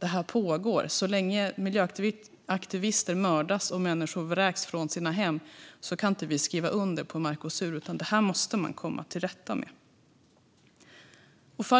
detta pågår - så länge miljöaktivister mördas och människor vräks från sina hem - kan vi inte skriva under Mercosur, utan man måste komma till rätta med detta.